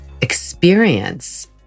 experience